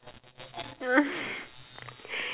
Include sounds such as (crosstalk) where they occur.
(laughs)